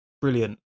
brilliant